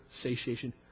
satiation